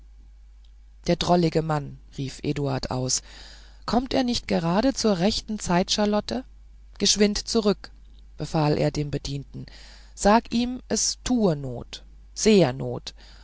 der drollige mann rief eduard aus kommt er nicht gerade zur rechten zeit charlotte geschwind zurück befahl er dem bedienten sage ihm es tue not sehr not